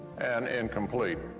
and incomplete.